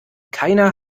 keiner